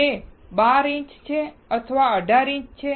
તે 12 ઇંચ છે અથવા તે 18 ઇંચ છે